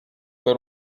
per